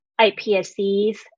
IPSCs